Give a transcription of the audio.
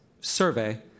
survey